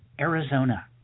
Arizona